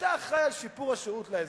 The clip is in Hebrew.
שיפור השירות לאזרח,